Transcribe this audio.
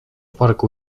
parku